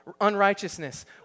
unrighteousness